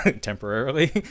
temporarily